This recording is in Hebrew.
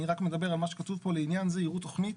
אני רק מדבר על מה שכתוב פה "לעניין זה יראו תכנית